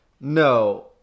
No